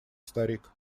старик